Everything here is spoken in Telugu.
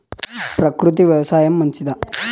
ప్రకృతి వ్యవసాయం మంచిదా?